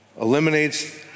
eliminates